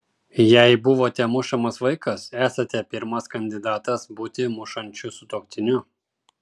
jei buvote mušamas vaikas esate pirmas kandidatas būti mušančiu sutuoktiniu